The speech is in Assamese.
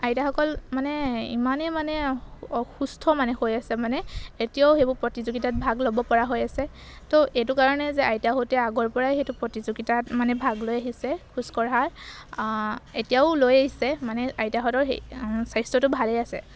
আইতাসকল মানে ইমানেই মানে অসুস্থ মানে হৈ আছে মানে এতিয়াও সেইবোৰ প্ৰতিযোগিতাত ভাগ ল'ব পৰা হৈ আছে ত' এইটো কাৰণে যে আইতাহঁতে আগৰ পৰাই সেইটো প্ৰতিযোগিতাত মানে ভাগ লৈ আহিছে খোজ কঢ়াৰ এতিয়াও লৈ আহিছে মানে আইতাহঁতৰ স্বাস্থ্যটো ভালেই আছে